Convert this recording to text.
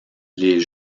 les